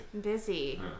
Busy